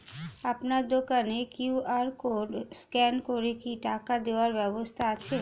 আপনার দোকানে QR code scan করে কি টাকা দেওয়ার ব্যবস্থা আছে?